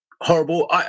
horrible